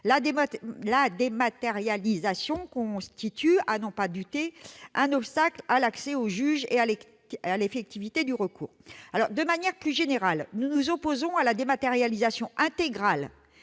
la dématérialisation constitue à n'en pas douter un obstacle à l'accès au juge et à l'effectivité du recours. De manière plus générale, nous nous opposons à la dématérialisation intégrale